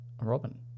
Robin